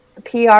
PR